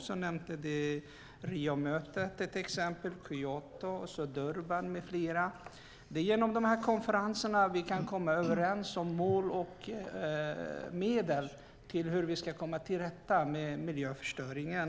Vi har Riomötet, Kyoto, Durban med flera. Det är vid dessa konferenser vi kan komma överens om mål och medel för hur vi ska komma till rätta med miljöförstöringen.